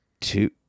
two